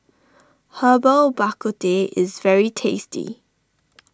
Herbal Bak Ku Teh is very tasty